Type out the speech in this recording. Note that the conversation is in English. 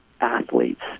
athletes